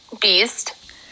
Beast